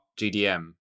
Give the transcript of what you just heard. GDM